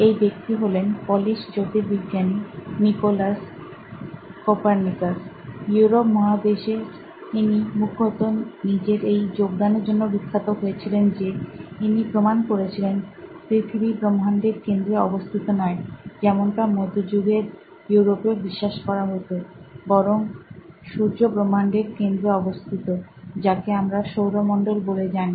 এই ব্যক্তি হলেন পোলিশ জ্যোতির্বিজ্ঞানী নিকোলাস কোপার্নিকাস ইউরোপ মহাদেশের ইনি মুখ্যত নিজের এই যোগদানের জন্য বিখ্যাত হয়েছিলেন যে ইনি প্রমাণ করেছিলেন পৃথিবী ব্রম্ভান্ডের কেন্দ্রে অবস্থিত নয় যেমনটা মধ্যযুগের ইউরোপে বিশ্বাস করা হতো বরং সূর্য ব্রম্ভান্ডের কেন্দ্র অবস্থিত যাকে আমরা সৌরমন্ডল বলে জানি